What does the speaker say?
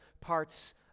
parts